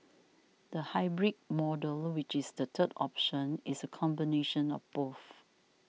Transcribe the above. the hybrid model which is the third option is a combination of both